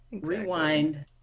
rewind